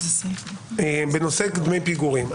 בנושא דמי פיגורים.